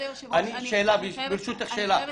ברשותך, שאלה.